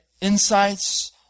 insights